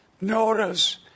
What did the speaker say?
Notice